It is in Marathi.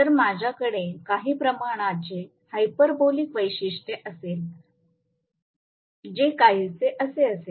तर माझ्याकडे काही प्रकारचे हायपरबोलिक वैशिष्ट्ये असेल जे काहीसे असे असेल